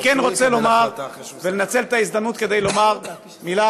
אני כן רוצה לומר ולנצל את ההזדמנות כדי לומר מילה